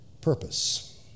purpose